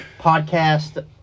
podcast